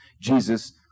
Jesus